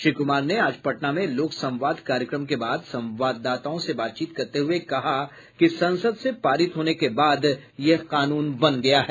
श्री कुमार ने आज पटना में लोक संवाद कार्यक्रम के बाद संवाददाताओं से बातचीत करते हुए कहा कि संसद से पारित होने के बाद यह कानून बन गया है